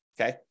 Okay